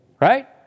Right